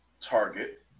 Target